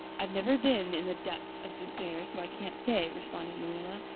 i've never been in the depths of despair, so i can't say, responded marilla.